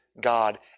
God